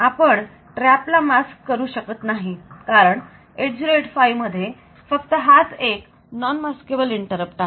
आपण TRAP ला mask करू शकत नाही कारण 8085 मध्ये फक्त हाच एक नॉन मास्केबल इंटरप्ट आहे